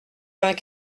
vingt